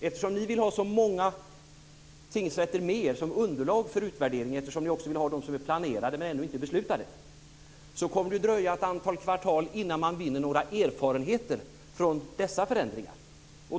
Eftersom ni vill ha så många fler tingsrätter som underlag för utvärdering - ni vill ju även ha de som är planerade men ännu inte beslutade - kommer det att dröja ett antal kvartal innan man vinner några erfarenheter från dessa förändringar.